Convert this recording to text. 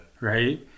Right